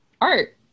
art